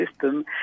system